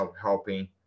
helping